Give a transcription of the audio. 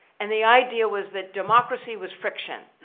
and the idea was that democracy was friction,